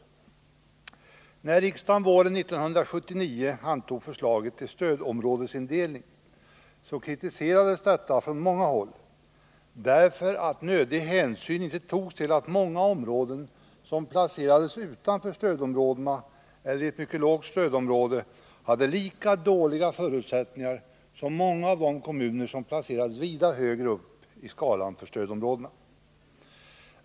När riksdagen våren 1979 antog förslaget till stödområdesindelning kritiserades detta från många håll, därför att nödig hänsyn inte togs till att många kommuner som placerats utanför stödområdena eller hänförts till ett mycket lågt stödområde hade lika dåliga förutsättningar som många av de kommuner som placerats vida högre upp i skalan för stödområden.